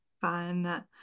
Fun